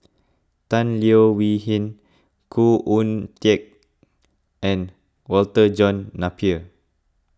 Tan Leo Wee Hin Khoo Oon Teik and Walter John Napier